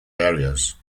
areas